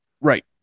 Right